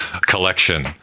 collection